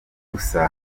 gusa